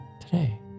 today